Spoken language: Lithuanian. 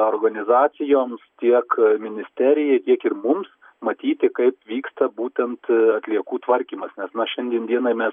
organizacijoms tiek ministerijai tiek ir mums matyti kaip vyksta būtent atliekų tvarkymas nes na šiandien dienai mes